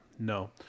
no